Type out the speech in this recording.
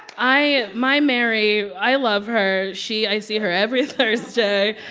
i my mary i love her. she i see her every thursday,